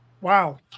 Wow